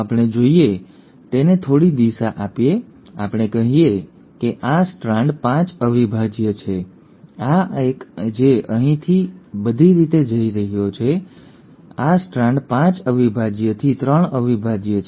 અને ચાલો આપણે જોઈએ ચાલો આપણે તેને થોડી દિશા આપીએ ચાલો આપણે કહીએ કે આ સ્ટ્રાન્ડ 5 અવિભાજ્ય છે આ એક જે અહીંથી બધી રીતે જઈ રહ્યો છે આ સ્ટ્રાન્ડ 5 અવિભાજ્યથી 3 અવિભાજ્ય છે